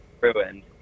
ruined